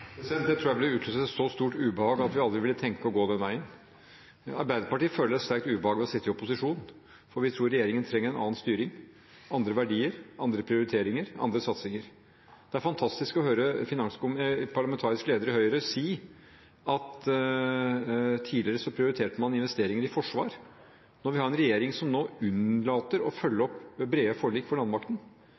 Det tror jeg ville utløst et så stort ubehag at vi aldri ville tenke på å gå den veien. Arbeiderpartiet føler et sterkt ubehag ved å sitte i opposisjon, og vi tror regjeringen trenger en annen styring, andre verdier, andre prioriteringer, andre satsinger. Det er fantastisk å høre parlamentarisk leder i Høyre si at tidligere prioriterte man investeringer i forsvar – når vi nå har en regjering som unnlater å følge opp brede forlik for landmakten,